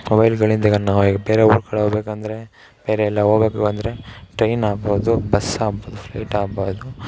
ಮೊಬೈಲುಗಳಿಂದ ಇವಾಗ ನಾವು ಈಗ ಬೇರೆ ಊರು ಕಡೆ ಹೋಗಬೇಕಂದ್ರೆ ಬೇರೆ ಎಲ್ಲ ಹೋಗೋದು ಅಂದರೆ ಟ್ರೈನ್ ಆಗ್ಬೌದು ಬಸ್ ಆಗ್ಬೌದು ಫ್ಲೈಟ್ ಆಗ್ಬೌದು